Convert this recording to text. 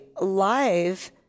Live